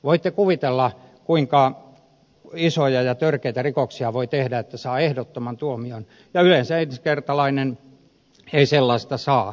voitte kuvitella kuinka isoja ja törkeitä rikoksia voi tehdä että saa ehdottoman tuomion ja yleensä ensikertalainen ei sellaista saa